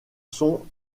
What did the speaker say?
sont